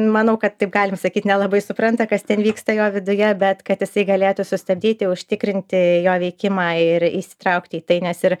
manau kad taip galim sakyt nelabai supranta kas ten vyksta jo viduje bet kad jisai galėtų sustabdyti užtikrinti jo veikimą ir įsitraukti į tai nes ir